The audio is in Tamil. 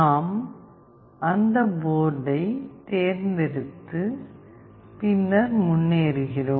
நாம் அந்த போர்டைத் தேர்ந்தெடுத்து பின்னர் முன்னேறுகிறோம்